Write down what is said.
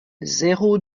zéro